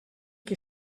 qui